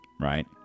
right